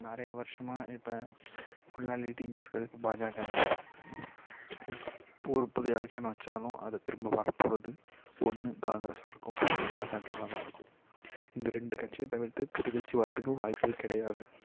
நிறையா வருடமா இப்போ ஃபுல்லாக லீடிங்கில் இருக்கிறது இப்போ பாஜாகாதான் இப்போ ஒரு புது எலெக்ஷன் வச்சாலும் அதில் திரும்ப வர போகிறது ஒன்று காங்கிரஸாக இருக்கும் இல்லைனா பாஜாகாவா தான் இருக்கும் இந்த ரெண்டு கட்சியை தவிர்த்து புது கட்சி வரத்துக்கு வாய்ப்பு கிடையாது